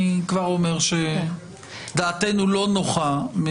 אני כבר אומר שדעתנו לא נוחה.